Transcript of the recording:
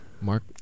Mark